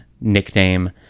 nickname